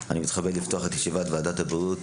אני מתכבד לפתוח את ישיבת ועדת הבריאות